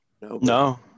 No